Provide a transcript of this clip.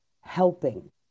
helping